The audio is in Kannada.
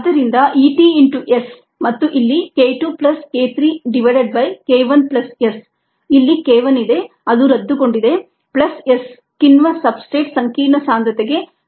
ಆದ್ದರಿಂದ E t into S ಮತ್ತು ಇಲ್ಲಿ k 2 plus k 3 divided by k 1 plus S ಇಲ್ಲಿ k 1 ಇದೆ ಅದು ರದ್ದುಗೊಂಡಿದೆ plus S ಕಿಣ್ವ ಸಬ್ಸ್ಟ್ರೇಟ್ ಸಂಕೀರ್ಣ ಸಾಂದ್ರತೆಗೆ ಸಮನಾಗಿರುತ್ತದೆ